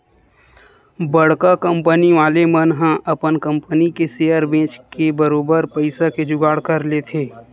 बड़का कंपनी वाले मन ह अपन कंपनी के सेयर बेंच के बरोबर पइसा के जुगाड़ कर लेथे